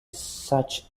such